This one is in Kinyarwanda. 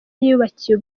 yubakiye